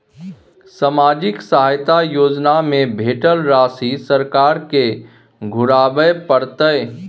सामाजिक सहायता योजना में भेटल राशि सरकार के घुराबै परतै?